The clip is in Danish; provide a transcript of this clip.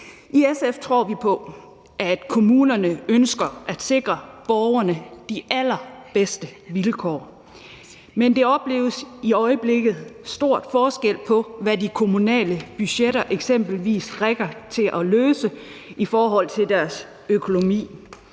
I SF tror vi på, at kommunerne ønsker at sikre borgerne de allerbedste vilkår, men der opleves i øjeblikket stor forskel på, hvad de kommunale budgetter rækker til at løse i forhold til deres økonomi.